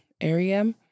area